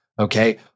Okay